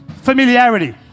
Familiarity